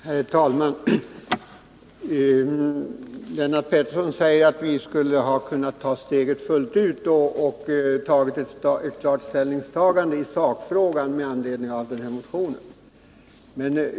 Herr talman! Lennart Pettersson säger att vi skulle ha kunnat ta steget fullt ut och med anledning av motionen göra ett klart ställningstagande i sakfrågan.